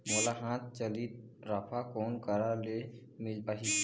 मोला हाथ चलित राफा कोन करा ले मिल पाही?